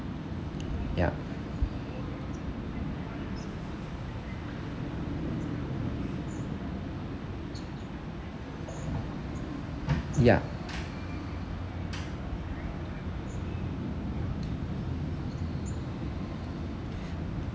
yup ya